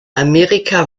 amerika